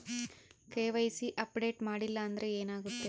KYC update ಮಾಡಿಲ್ಲ ಅಂದ್ರೆ ಏನಾಗುತ್ತೆ?